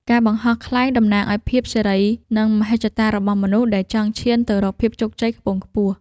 ការបង្ហោះខ្លែងតំណាងឱ្យភាពសេរី និងមហិច្ឆតារបស់មនុស្សដែលចង់ឈានទៅរកភាពជោគជ័យខ្ពង់ខ្ពស់។